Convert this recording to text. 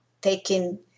taking